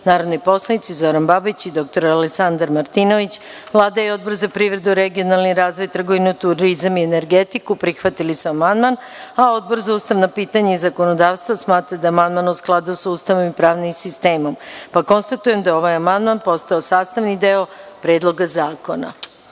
narodni poslanici Zoran Babić i dr Aleksandar Martinović. Vlada i Odbor za privredu, regionalni razvoj, trgovinu, turizam i energetiku prihvatili su amandman. Odbor za ustavna pitanja i zakonodavstvo smatra da je amandman u skladu sa Ustavom i pravnim sistemom. Konstatujem da je ovaj amandman postao sastavni deo Predloga zakona. Niko